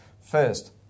First